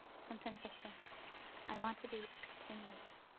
sometimes i think i want to be painless,